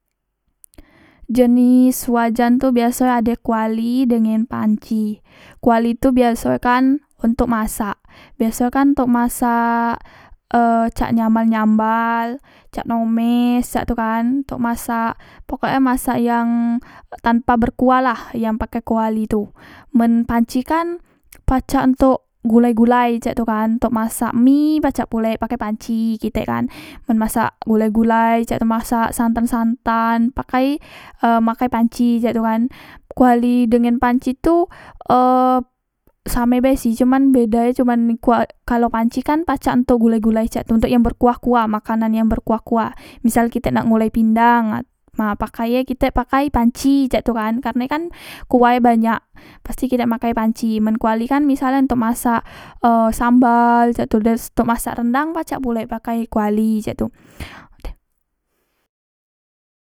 Jenis wajan tu ade kuali dengen panci kuali tu biasoe kan ontok masak biasoe kan ontok masak e cak nyambal nyambal cak nomes cak tu kan tok masak pokoke masak yang tanpa berkuah lah yang pake kuali tu men panci kan pacak ntok gulai gulai cak tu kan ntok masak mie pacak pulek pake panci kitek kan men masak gulai gulai cak tu masak santan santan pakai e makai panci cak tu kan kuali dengen panci tu e same bae sih cuman bedae cuman kalo panci kan pacak ntok gulai gulai cak tu ontok yang berkuah kuah makanan yang berkuah kuah misal kitek nak mulai pindang nah maka e kitek makai panci cak tu kan karne kan kuahe banyak pasti kitek makai panci men kuali kan misale ontok masak e sambal cak tu dan se ontok masak rendang pacak pulek pakai kuali cak tu